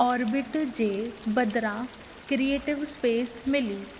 orbit जे बदिरां creative space मिली